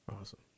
Awesome